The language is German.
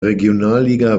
regionalliga